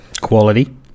quality